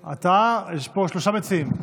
אתה, יש פה שלושה מציעים.